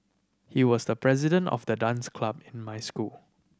he was the president of the dance club in my school